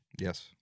Yes